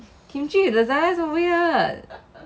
kimchi lasagne so weird